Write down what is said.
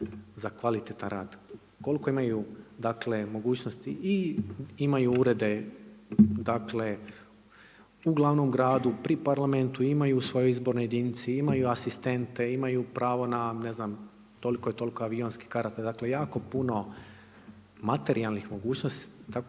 za kvalitetan rad. Koliko imaju dakle mogućnosti i imaju urede, dakle u glavnom gradu, pri Parlamentu imaju u svojoj izbornoj jedinici, imaju asistente, imaju pravo na ne znam toliko i toliko avionskih karata. Dakle jako puno materijalnih mogućnosti.